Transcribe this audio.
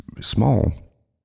small